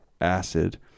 acid